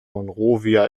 monrovia